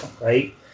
right